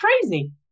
crazy